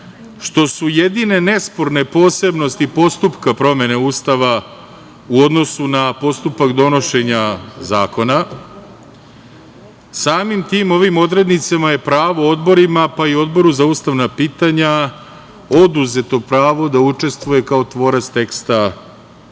što su jedine nesporne posebnosti postupka promene Ustava u odnosu na postupak donošenja zakona, samim tim ovim odrednicama je pravo odborima, pa i Odboru za ustavna pitanja oduzeto pravo da učestvuje kao tvorac teksta